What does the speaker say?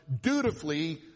dutifully